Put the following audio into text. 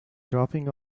dropping